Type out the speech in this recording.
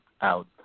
out